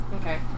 Okay